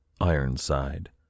Ironside